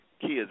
kids